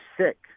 sick